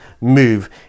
move